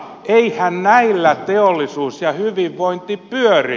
eiväthän näillä teollisuus ja hyvinvointi pyöri